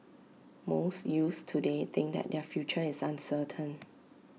most youths today think that their future is uncertain